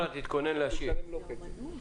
דבר נוסף.